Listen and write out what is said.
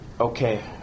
okay